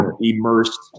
immersed